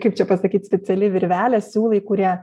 kaip čia pasakyt speciali virvelė siūlai kurie